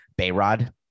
Bayrod